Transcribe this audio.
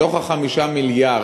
מתוך 5 מיליארד